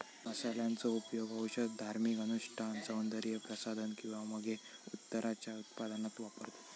मसाल्यांचो उपयोग औषध, धार्मिक अनुष्ठान, सौन्दर्य प्रसाधन किंवा मगे उत्तराच्या उत्पादनात वापरतत